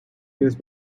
years